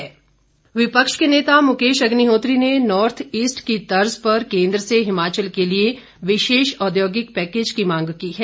कांग्रेस विपक्ष के नेता मुकेश अग्निहोत्री ने नार्थ ईस्ट की तर्ज पर केंद्र से हिमाचल के लिए विशेष औद्योगिक पैकेज की मांग की है